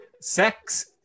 sex